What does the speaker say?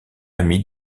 amie